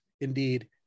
indeed